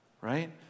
right